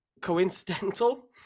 coincidental